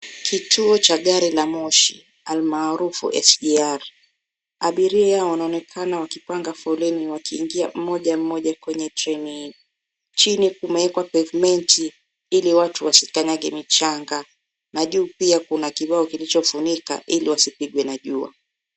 Kituo cha gari la moshi almaarufu SGR. Abiria wanaonekana wakipanga foleni wakiingia mmoja mmoja kwenye treni. Chini kumewekwa pevmenti ili watu wasikanyange michanga, na juu pia kuna kibao kilicho funika iliwasipigwe na jua.